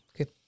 Okay